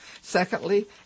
Secondly